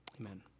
Amen